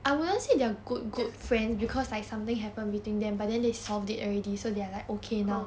just oh